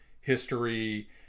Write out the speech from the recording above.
history